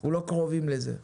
אנחנו לא קרובים לזה.